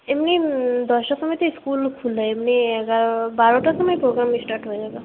এমনি দশটার সময় তো স্কুল খুলে এমনি এগারো বারোটার সময় প্রোগ্রাম স্টার্ট হয়ে যাবে